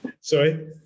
sorry